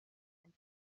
and